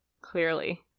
Clearly